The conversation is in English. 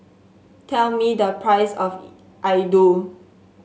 tell me the price of laddu